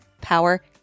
power